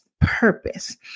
purpose